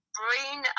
brain